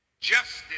justice